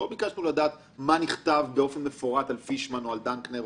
אנחנו רוצים להבין איזה חריגות מנוהל בנקאי תקין